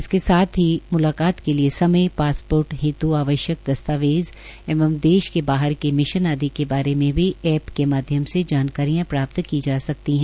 इसके साथ ही मुलाकात के लिए समय पासपोर्ट हेत् आवश्यक दस्तावेज एवं देश के बाहर के मिशन आदि के बारे में भी एप के माध्यम से जानकारियां प्राप्त की जा सकती है